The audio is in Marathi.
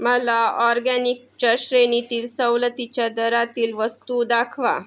मला ऑरगॅनिकच्या श्रेणीतील सवलतीच्या दरातील वस्तू दाखवा